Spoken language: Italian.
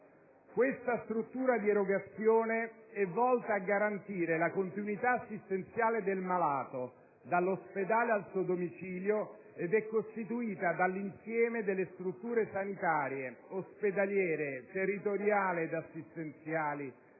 Questa struttura di erogazione è volta a garantire la continuità assistenziale del malato dall'ospedale al suo domicilio ed è costituita dall'insieme delle strutture sanitarie, ospedaliere, territoriali e assistenziali,